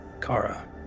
Kara